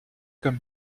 comme